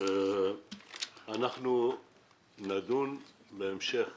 אנחנו נדון בהמשך